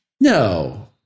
No